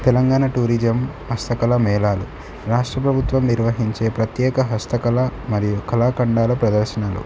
Telangana tourism హస్తకళ మేళాలు రాష్ట్ర ప్రభుత్వం నిర్వహించే ప్రత్యేక హస్తకళ మరియు కళాఖండాల ప్రదర్శనలు